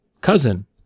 cousin